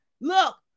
Look